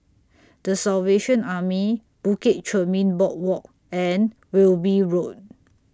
The Salvation Army Bukit Chermin Boardwalk and Wilby Road